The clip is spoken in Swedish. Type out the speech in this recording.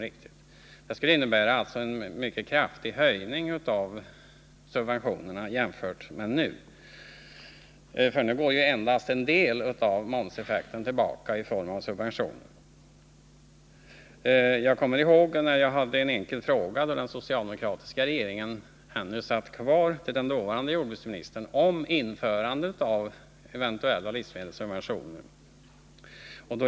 Det skulle innebära en mycket kraftig höjning av subventionerna — nu går endast en del av momsen tillbaka i form av subventioner. Jag kommer ihåg när jag hade en enkel fråga till den socialdemokratiska regeringen, då den ännu satt kvar, om införande av livsmedelssubventioner.